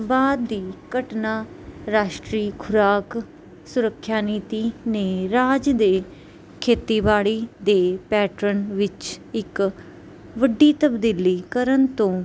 ਬਾਅਦ ਦੀ ਘਟਨਾ ਰਾਸ਼ਟਰੀ ਖੁਰਾਕ ਸੁਰੱਖਿਆ ਨੀਤੀ ਨੇ ਰਾਜ ਦੇ ਖੇਤੀਬਾੜੀ ਦੇ ਪੈਟਰਨ ਵਿੱਚ ਇੱਕ ਵੱਡੀ ਤਬਦੀਲੀ ਕਰਨ ਤੋਂ